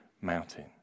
mountain